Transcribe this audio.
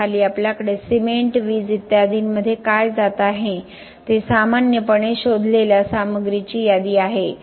तर खाली आपल्याकडे सिमेंट वीज इत्यादींमध्ये काय जात आहे ते सामान्यपणे शोधलेल्या सामग्रीची यादी आहे